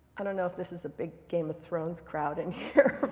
i don't know if this is a big game of thrones crowd in here,